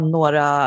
några